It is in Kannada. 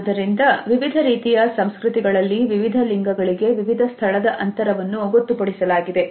ಆದುದರಿಂದ ವಿವಿಧ ರೀತಿಯ ಸಂಸ್ಕೃತಿಗಳಲ್ಲಿ ವಿವಿಧ ಲಿಂಗಗಳಿಗೆ ವಿವಿಧ ಸ್ಥಳದ ಅಂತರವನ್ನು ಗೊತ್ತುಪಡಿಸಲಾಗಿದೆ